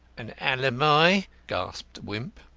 an alibi! gasped wimp.